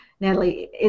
Natalie